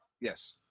Yes